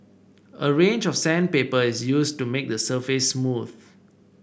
a range of sandpaper is used to make the surface smooth